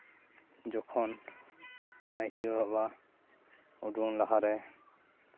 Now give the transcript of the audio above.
ᱡᱚᱠᱷᱚᱱ ᱱᱟᱭᱠᱮ ᱵᱟᱵᱟ ᱩᱸᱰᱩᱝ ᱞᱟᱦᱟᱨᱮ